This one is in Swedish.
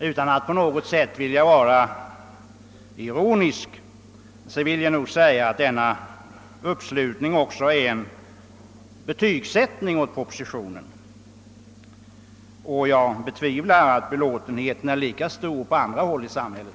Utan att på något sätt vilja vara ironisk vill jag säga att denna uppslutning också är en betygsättning av propositionen. Jag betvivlar att belåtenheten är lika stor på andra håll i samhället.